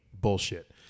bullshit